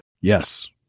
Yes